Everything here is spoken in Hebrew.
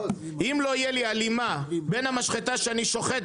אם לא תהיה לי הלימה בין המשחטה שאני שוחט